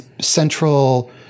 Central